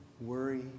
worry